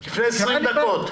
לפני 20 דקות.